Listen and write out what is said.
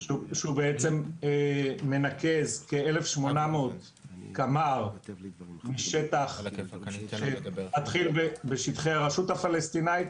שהוא בעצם מנקז כ-1,800 קמ"ר שטח שמתחיל בשטחי הרשות הפלסטינית,